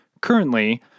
Currently